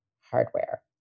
hardware